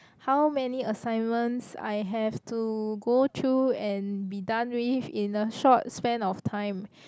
how many assignments I have to go through and be done with in a short span of time